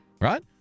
right